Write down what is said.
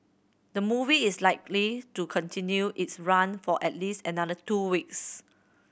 the movie is likely to continue its run for at least another two weeks